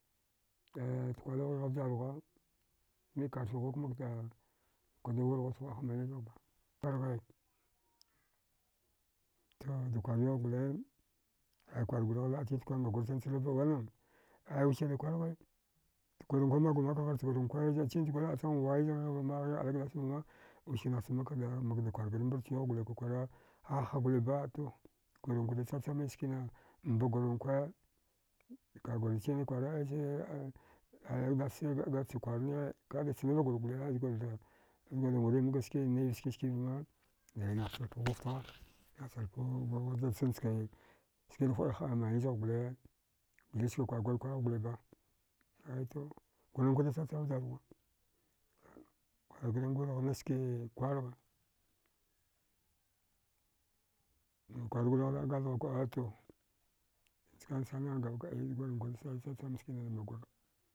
Aya kwalighighe vjarghuwa mak karfi ghuwa kada wurghudaft ghwa. a ha manwizaghba azghe to da kwarwigh gole ai kwargurigh laɗtitkwa ngagur chanchanava wanan aya wisida kwarghe gurankwa magwmamag gharchgurankwa zɗa chinchgur laɗchaghamwai zgighvama ghigh ali gdass vama wiskinada makda kwardil mbartchwigh gole kwakwara a ha goliba to gurakwada chachama skinada mba gurankwa kagurda chine kwara ali gdass che chkwarne a kadachnava gur gole azgurga mgurimga ske ni skiskivama chan-nchke skida huɗihaɗa maniw zgha gole niska kwarguri kwragh goliba ato ghurankwada chachama vjarghuwa kwarguringuragh nachski kwargha kwargurigh laɗ gathgha kuɗa to chkansana gubkɗai gurankwada chacham skinada mangura